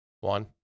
One